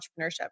entrepreneurship